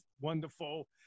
wonderful